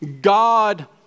God